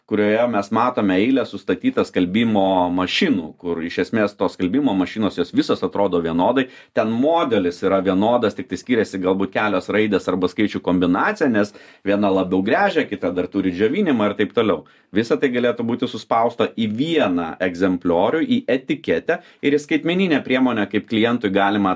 kurioje mes matome eilę sustatytą skalbimo mašinų kur iš esmės tos skalbimo mašinos jos visos atrodo vienodai ten modelis yra vienodas tiktai skiriasi galbūt kelios raidės arba skaičių kombinacija nes viena labiau gręžia kita dar turi džiovinimą ir taip toliau visa tai galėtų būti suspausta į vieną egzempliorių į etiketę ir į skaitmeninę priemonę kaip klientui galima